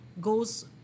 goes